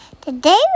Today